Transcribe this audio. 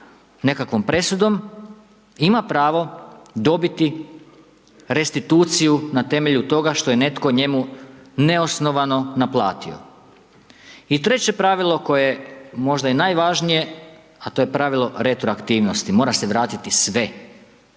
nekakvom presudom ima pravo dobiti restituciju na temelju toga što je netko njemu neosnovano naplatio. I treće pravilo koje je možda i najvažnije, a to je pravilo retroaktivnosti, mora se vratiti sve,